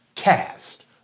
Cast